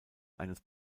eines